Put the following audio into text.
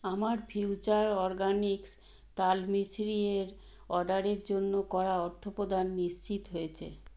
আমার future organics তালমিছরির অর্ডারের জন্য করা অর্থপদান নিশ্চিত হয়েছে